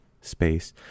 space